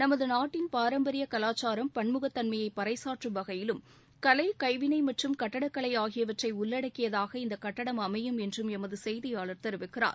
நமது நாட்டின் பாரம்பரிய கலாச்சாரம் பன்முகத்தன்மையை பரைசாற்றும் வகையிலும் கலை கைவினை மற்றும் கட்டட கலை ஆகியவற்றை உள்ளடக்கியதாகவும் இந்த கட்டடம் அமையும் என்றும் எமது செய்தியாளர் தெரிவிக்கிறார்